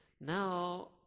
Now